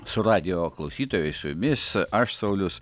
su radijo klausytojais su jumis aš saulius